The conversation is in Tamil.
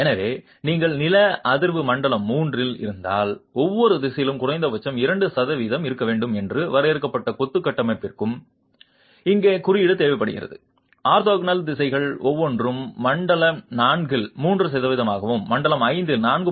எனவே நீங்கள் நில அதிர்வு மண்டலம் III இல் இருந்தால் ஒவ்வொரு திசையிலும் குறைந்தபட்சம் 2 சதவிகிதம் இருக்க வேண்டும் என்று வரையறுக்கப்பட்ட கொத்து கட்டுமானத்திற்கு இங்கே குறியீடு தேவைப்படுகிறது ஆர்த்தோகனல் திசைகள் ஒவ்வொன்றும் மண்டலம் IV இல் 3 சதவீதமாகவும் மண்டலம் V இல் 4